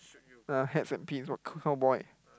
ah hats and pins what cowboy